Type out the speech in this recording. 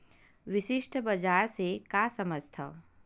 विशिष्ट बजार से का समझथव?